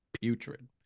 putrid